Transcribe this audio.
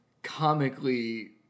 Comically